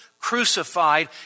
crucified